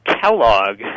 Kellogg